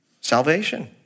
salvation